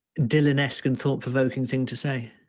dylanesque and thought provoking thing to say.